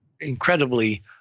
incredibly